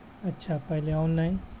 اچھا پہلے آنلائن